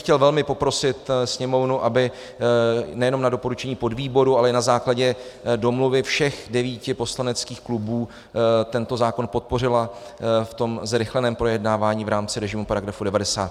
Chtěl bych velmi poprosit Sněmovnu, aby nejenom na doporučení podvýboru, ale i na základě domluvy všech devíti poslaneckých klubů tento zákon podpořila ve zrychleném projednávání v rámci režimu § 90.